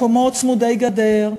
מקומות צמודי-גדר,